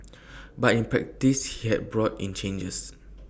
but in practice he has brought in changes